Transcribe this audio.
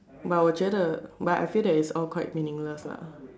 but 我觉得 but I feel that it's all quite meaningless lah